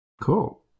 cool